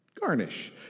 Garnish